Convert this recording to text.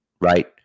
right